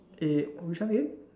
oh which one again